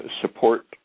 support